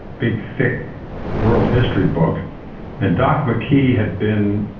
big thick world history book and doc mckee had been